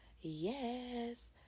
Yes